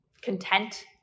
content